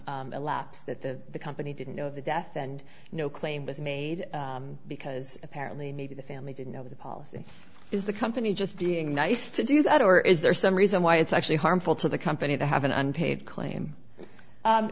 time elapsed that the company didn't know of the death and no claim was made because apparently maybe the family didn't know the policy is the company just being nice to do that or is there some reason why it's actually harmful to the company to have an unpaid claim